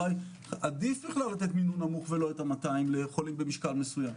שעדיף לתת מינון נמוך ולא את ה-200 לחולים במשקל מסוים.